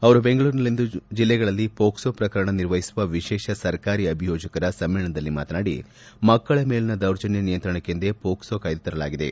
ಅವರು ಬೆಂಗಳೂರಿನಲ್ಲಿಂದು ಜಿಲ್ಲೆಗಳಲ್ಲಿ ಮೋಕ್ಲೊ ಪ್ರಕರಣ ನಿರ್ವಹಿಸುವ ವಿಶೇಷ ಸರ್ಕಾರಿ ಅಭಿಯೋಜಕರ ಸಮ್ಮೇಳನದಲ್ಲಿ ಮಾತನಾಡಿ ಮಕ್ಕಳ ಮೇಲಿನ ದೌರ್ಜನ್ಯ ನಿಯಂತ್ರಣಕ್ಕೆಂದೇ ಪೋಕ್ಲೊ ಕಾಯ್ದೆ ತರಲಾಗಿದೆ